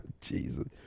Jesus